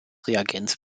reagenz